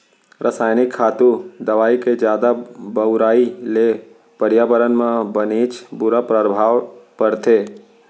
रसायनिक खातू, दवई के जादा बउराई ले परयाबरन म बनेच बुरा परभाव परथे